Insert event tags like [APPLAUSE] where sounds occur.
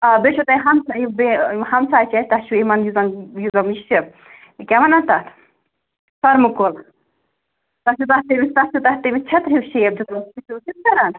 آ بیٚیہِ چھُ تۄہہِ ہمساے یہِ بیٚیہِ ہمسایہِ چھِ اَسہِ تۄہہِ چھُو یِمَن یہِ [UNINTELLIGIBLE] یہِ چھِ کیٛاہ وَنان تَتھ سَروٕ کُل تۄہہِ چھُو تَتھ تٔمِس تۄہہِ چھُو تَتھ تٔمِس چھٔترِ ہِنٛز شیپ دِژمٕژ تُہۍ چھُوا سُہ تہِ کَران